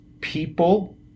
people